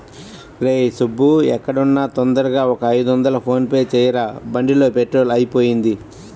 రేయ్ సుబ్బూ ఎక్కడున్నా తొందరగా ఒక ఐదొందలు ఫోన్ పే చెయ్యరా, బండిలో పెట్రోలు అయిపొయింది